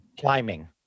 climbing